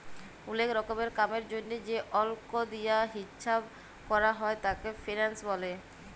ওলেক রকমের কামের জনহে যে অল্ক দিয়া হিচ্চাব ক্যরা হ্যয় তাকে ফিন্যান্স ব্যলে